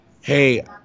hey